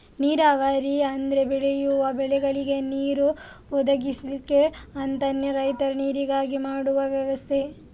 ನೀರಾವರಿ ಅಂದ್ರೆ ಬೆಳೆಯುವ ಬೆಳೆಗಳಿಗೆ ನೀರು ಒದಗಿಸ್ಲಿಕ್ಕೆ ಅಂತ ರೈತರು ನೀರಿಗಾಗಿ ಮಾಡುವ ವ್ಯವಸ್ಥೆ